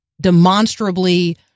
demonstrably